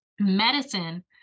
medicine